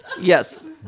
Yes